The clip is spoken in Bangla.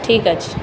ঠিক আছে